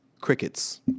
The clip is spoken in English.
crickets